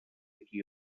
qui